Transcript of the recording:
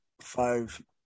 five